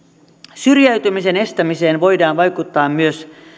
syrjäytymisen estämiseen voidaan vaikuttaa myös